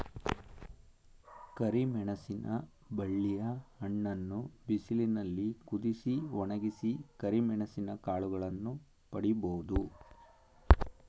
ಕರಿಮೆಣಸಿನ ಬಳ್ಳಿಯ ಹಣ್ಣನ್ನು ಬಿಸಿಲಿನಲ್ಲಿ ಕುದಿಸಿ, ಒಣಗಿಸಿ ಕರಿಮೆಣಸಿನ ಕಾಳುಗಳನ್ನು ಪಡಿಬೋದು